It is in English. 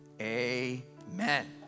Amen